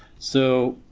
so